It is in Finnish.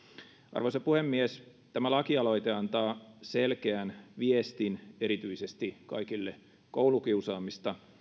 arvoisa puhemies tämä lakialoite antaa selkeän viestin erityisesti kaikille koulukiusaamista